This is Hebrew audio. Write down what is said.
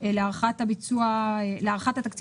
אף האתגרים המיוחדים שניצבו בפני הוועדה.